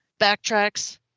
backtracks